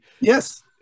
yes